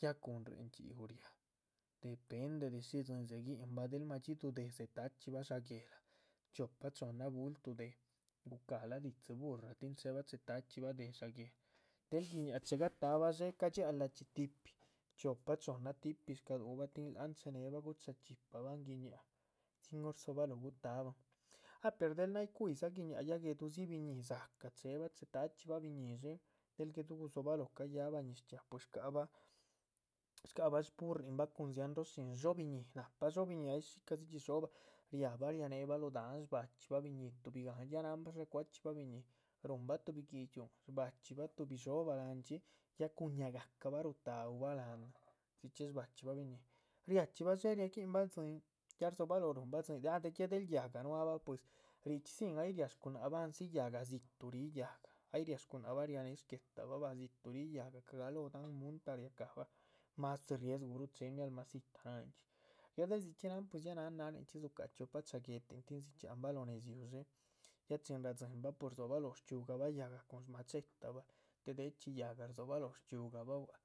ya cuhun réhe ndxhíu riá, depende de shí dzíhin dzeginbah del madxiduh déhe dzeta´chxibah sháha guéla chiopa chohnna, bulto déh, gucahala. di´dzi buraa chéheba cheta´chxibah déh sháhan guéla, del guiñaá chega táhabah dxé ca dxialdah chxí tihpi, chxiopa chohnna tihpi shcadúhubah tin láhan cheneheba. guchá chxípabah guináa, tin hor rdzobalóho gutáhaban ah per del náyih cuíhi guináa, ya guedudzi, biñíhi dzacah dza chéhebah cheta chxí bah biñíhi, del gueduh. gudzobaloho cayáhbah ñiz chxiaa pues shca´bah, shca´bah shúrrinbah dzianro shín dhxób biñíh, ay shíxadzidxi dxhóbah riáhbah ria néhe bah lóho dahan, shbachxíbah. biñíhi tuhbi gáhan, ya náhanbah ca´ cuachxíbah biñíhi, ruhunah tuhbi guidxiúhun shbachxíbah tuhbi dhxóbah láhanchxí ya cúhun ñáha gacabah rutáhu bah láhanan,. dzichxí shba´chxíbah biñíhi, riachxibah dxé riagíhinbah tzín, ya rdzobalóho rúhunbah tzín ya del yáhga núabah pues richxí tzín ay riáh scunáhcbah andzi yáhga. dzituh ríhi yáhga, y riáh scunáhcbah rianéhe shguéhtabah, dzituh ríhi yáhga, cagalóho dahán muntah riahbah, mas riesguru chéhen ay mialmacita nanchxí. ya del dzichxí náhan ya náhan naninchxí dzucáha chiopa cháha guéhtin tin dzichxíanbah lóho nédziu, ya chin radzinbah pues rdzobaloho shchxíugabah yáhga cun shmachetabah. déh déh chxí yáhga rdzobalóho shchxíugabah bua´c